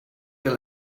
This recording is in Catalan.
que